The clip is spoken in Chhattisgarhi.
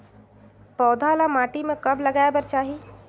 पौधा ल माटी म कब लगाए बर चाही?